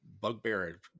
bugbear